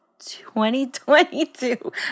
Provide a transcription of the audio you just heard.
2022